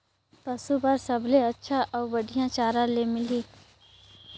पशु बार सबले अच्छा अउ बढ़िया चारा ले मिलही?